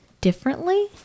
differently